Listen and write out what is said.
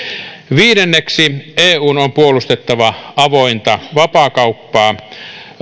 viidenneksi eun on puolustettava avointa vapaakauppaa